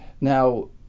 Now